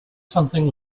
something